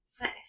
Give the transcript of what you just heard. Nice